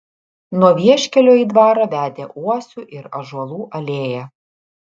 nuo vieškelio į dvarą vedė uosių ir ąžuolų alėja